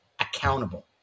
accountable